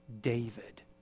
David